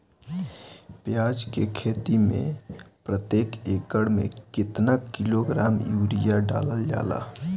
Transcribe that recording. प्याज के खेती में प्रतेक एकड़ में केतना किलोग्राम यूरिया डालल जाला?